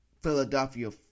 Philadelphia